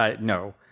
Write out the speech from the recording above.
No